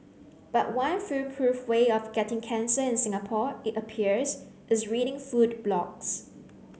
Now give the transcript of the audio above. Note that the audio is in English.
but one foolproof way of getting cancer in Singapore it appears is reading food blogs